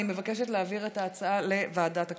אני מבקשת להעביר את ההצעה לוועדת הכלכלה.